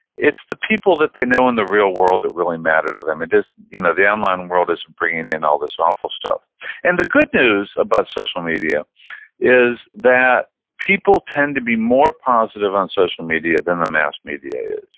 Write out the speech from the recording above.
it's the people that they know in the real world that really matter to them. you know the online world isn't bringing in all this awful stuff and the good news about social media is that people tend to be more positive on social media than the mass media is.